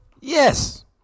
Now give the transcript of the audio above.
Yes